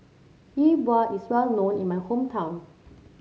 Yi Bua is well known in my hometown